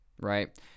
right